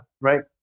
right